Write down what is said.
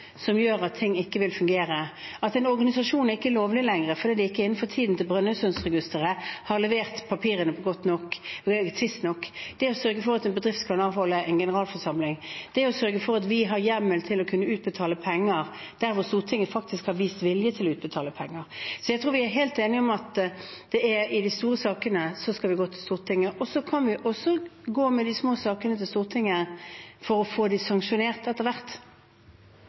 som gjør at ting ikke vil fungere, at en organisasjon ikke er lovlig lenger fordi man innenfor tiden til Brønnøysundregistrene ikke har levert papirene tidsnok. Det er å sørge for at en bedrift kan avholde generalforsamling. Det er å sørge for at vi har hjemmel til å kunne utbetale penger der hvor Stortinget har vist vilje til å utbetale penger. Jeg tror vi er helt enige om at i de store sakene skal vi gå til Stortinget. Så kan vi også gå med de små sakene til Stortinget for å få dem sanksjonert etter hvert.